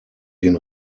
den